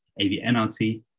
AVNRT